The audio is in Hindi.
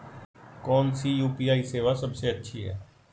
कौन सी यू.पी.आई सेवा सबसे अच्छी है?